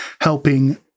helping